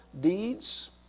deeds